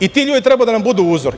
I ti ljudi treba da nam budu uzor.